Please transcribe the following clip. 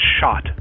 shot